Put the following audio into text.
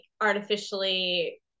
artificially